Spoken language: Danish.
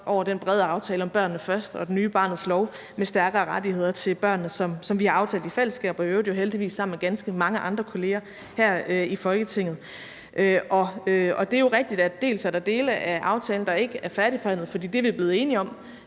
over den brede aftale »Børnene Først« og den nye »Barnets Lov« med stærkere rettigheder til børnene, som vi har aftalt i fællesskab, i øvrigt heldigvis sammen med ganske mange andre kolleger her i Folketinget. Det er jo rigtigt, at der er dele af aftalen, der ikke er færdigforhandlet, for det er vi blevet enige om